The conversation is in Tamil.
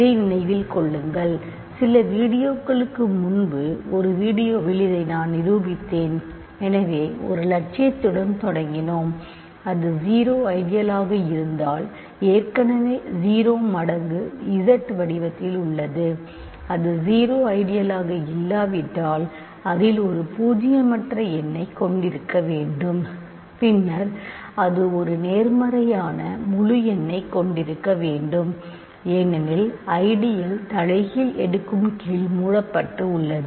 இதை நினைவில் கொள்ளுங்கள் சில வீடியோக்களுக்கு முன்பு ஒரு வீடியோவில் இதை நான் நிரூபித்துள்ளேன் எனவே ஒரு இலட்சியத்துடன் தொடங்கினோம் அது 0 ஐடியல் ஆக இருந்தால் அது ஏற்கனவே 0 மடங்கு Z வடிவத்தில் உள்ளது அது 0 ஐடியல் ஆக இல்லாவிட்டால் அதில் சில பூஜ்ஜியமற்ற எண்ணைக் கொண்டிருக்க வேண்டும் பின்னர் அது ஒரு நேர்மறையான முழு எண்ணைக் கொண்டிருக்க வேண்டும் ஏனெனில் ஐடியல் தலைகீழ் எடுக்கும் கீழ் மூடப்பட்டுள்ளது